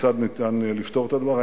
כיצד ניתן לפתור את הדבר.